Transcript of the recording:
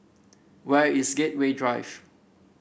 where is Gateway Drive